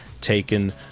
taken